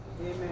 amen